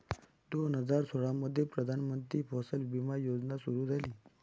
दोन हजार सोळामध्ये प्रधानमंत्री फसल विमा योजना सुरू झाली